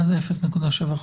כלומר פחות מחודש.